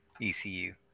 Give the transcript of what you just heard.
ECU